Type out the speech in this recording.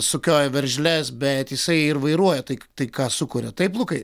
sukioja veržles bet jisai ir vairuoja tai k tai ką sukuria taip lukai